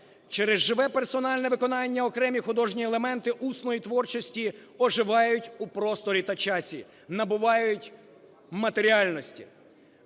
Через живе персональне виконання окремі художні елементи усної творчості оживають у просторі та часі, набувають матеріальності.